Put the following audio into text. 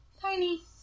Tiny